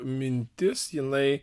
mintis jinai